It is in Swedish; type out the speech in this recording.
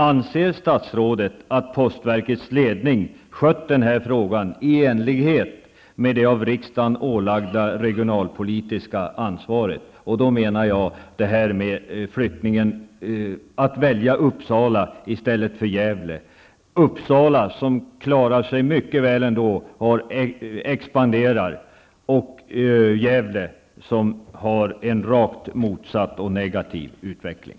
Anser statsrådet att postverkets ledning handlagt den här frågan i enlighet med det regionalpolitiska ansvar verket ålagts av riksdagen? Jag avser då det faktum att man valde Uppsala, som klarar sig mycket bra ändå och expanderar, i stället för Gävle, som har rakt motsatt och negativ utveckling.